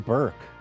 Burke